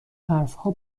حرفها